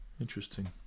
Interesting